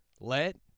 Let